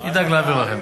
אל תדאג, נעביר לכם.